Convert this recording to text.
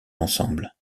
ensemble